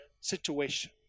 situation